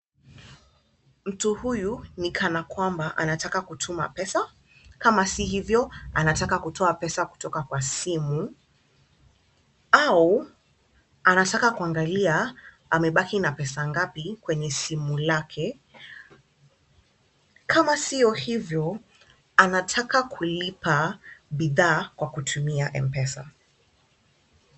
Mtu huyu ni kana kwamba anataka kutuma pesa kama si hivyo anataka kutoa pesa kutoka kwa simu au anataka kuangalia amebaki na pesa ngapi kwenye simu lake, kama sio hivyo anataka kulipa bidhaa kwa kutumia mpesa.